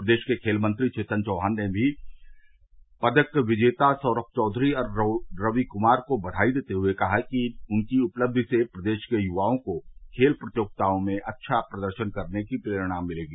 प्रदेश के खेल मंत्री चेतन चौहान ने भी पदक विजेता सौरम चौघरी और रवि कुमार को बधाई देते हुए कहा कि उनकी उपलब्धि से प्रदेश के युवाओं को खेल प्रतियोगिताओं में अच्छा प्रदर्शन करने की प्रेरणा मिलेगी